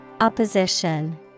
Opposition